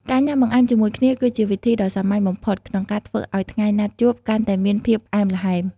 ការញ៉ាំបង្អែមជាមួយគ្នាគឺជាវិធីដ៏សាមញ្ញបំផុតក្នុងការធ្វើឱ្យថ្ងៃណាត់ជួបកាន់តែមានភាពផ្អែមល្ហែម។